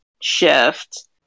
shift